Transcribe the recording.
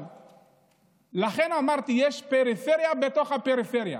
לכן אמרתי שיש פריפריה בתוך הפריפריה.